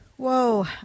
Whoa